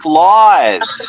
live